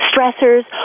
stressors